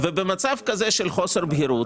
במצב כזה של חוסר בהירות,